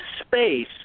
space